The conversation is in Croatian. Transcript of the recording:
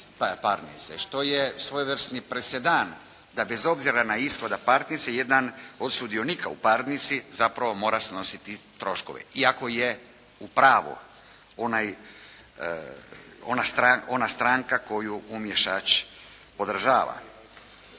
što je svojevrsni presedan da bez obzira na ishod parnice jedan od sudionika u parnici zapravo mora snositi troškove iako je u pravu. Ona stranka koju umiješač podržava.